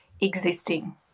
existing